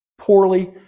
poorly